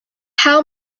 how